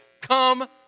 Come